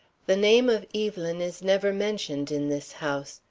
the name of evelyn is never mentioned in this house.